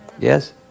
Yes